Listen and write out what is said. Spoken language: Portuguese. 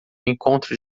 encontro